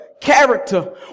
Character